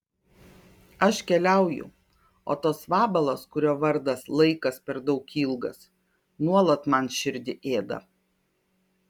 aš keliauju o tas vabalas kurio vardas laikas per daug ilgas nuolat man širdį ėda